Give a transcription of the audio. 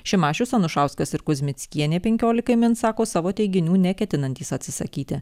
šimašius anušauskas ir kuzmickienė penkiolikai min sako savo teiginių neketinantys atsisakyti